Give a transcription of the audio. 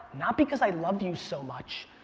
not because i love you so much,